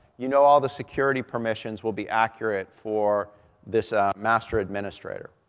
you know all the security permissions will be accurate for this master administrator.